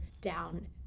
down